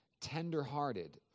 tenderhearted